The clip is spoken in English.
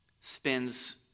spends